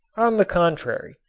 on the contrary,